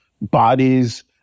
bodies